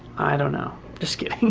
i don't know, just kidding.